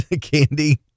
candy